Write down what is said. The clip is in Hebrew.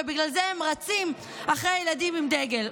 ובגלל זה הם רצים אחרי ילדים עם דגל.